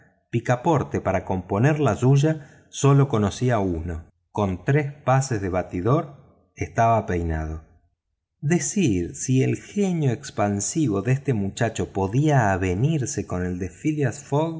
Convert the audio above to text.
picaporte para componer la suya sólo conocía uno con tres pases de batidor estaba peinado decir si el genio expansivo de este muchacho podía avenirse con el de